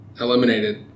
eliminated